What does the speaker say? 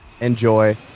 Enjoy